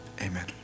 Amen